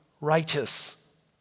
righteous